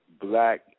black